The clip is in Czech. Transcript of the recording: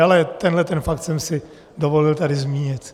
Ale tenhle ten fakt jsem si dovolil tady zmínit.